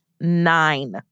Nine